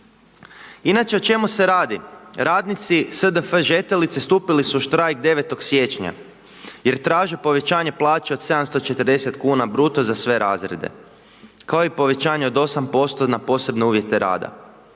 Inače o čemu se radi, radnici SDF Žetelice stupili su štrajk 9. siječnja, jer traže povećanje plaća od 740 kn bruto za sve razrede, kao i povećanje od 8% na posebne uvijete rada.